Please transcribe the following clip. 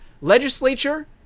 legislature